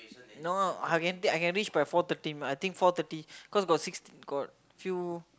no I can take I can reach by four thirty I think four thirty cause got six got few